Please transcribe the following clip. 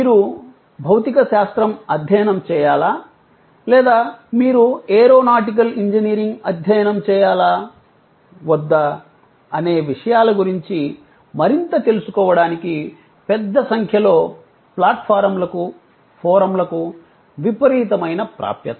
మీరు భౌతికశాస్త్రం అధ్యయనం చేయాలా లేదా మీరు ఏరోనాటికల్ ఇంజనీరింగ్ అధ్యయనం చేయాలా వద్దా అనే విషయాల గురించి మరింత తెలుసుకోవటానికి పెద్ద సంఖ్యలో ప్లాట్ఫారమ్లకు ఫోరమ్లకు విపరీతమైన ప్రాప్యత